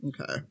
okay